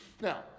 Now